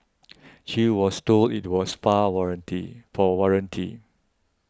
she was told it was far warranty for warranty